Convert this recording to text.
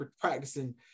practicing